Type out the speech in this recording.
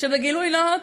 גילוי נאות: